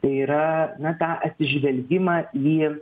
tai yra na tą atsižvelgimą į